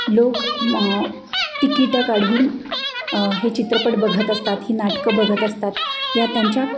लोक तिकीटं काढून हे चित्रपट बघत असतात ही नाटकं बघत असतात या त्यांच्या